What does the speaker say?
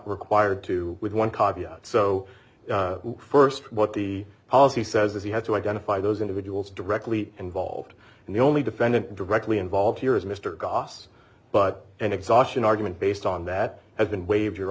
required to with one caveat so st what the policy says is you have to identify those individuals directly involved and the only defendant directly involved here mr goss but and exhaustion argument based on that has been waived your